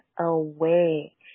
away